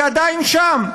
היא עדיין שם,